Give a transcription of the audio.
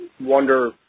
wonder